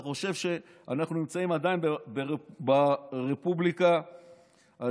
אתה חושב שאנחנו נמצאים עדיין ברפובליקה הסובייטית,